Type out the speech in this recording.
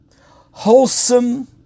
wholesome